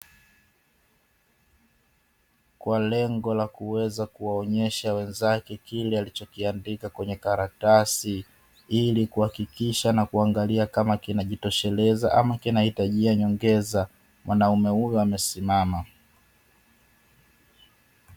Kwa lengo la kuweza kuwaonyesha wenzake kile alichokiandika kwenye karatasi, ili kuhakikisha na kuangalia kama kimejitosheleza ama kinahitajia nyongeza. Mwanaume huyu amesimama.